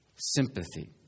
Sympathy